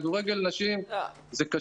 כדורגל נשים קשה